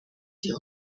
die